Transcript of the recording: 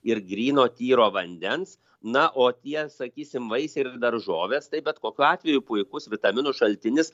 ir gryno tyro vandens na o tie sakysim vaisiai ir daržovės tai bet kokiu atveju puikus vitaminų šaltinis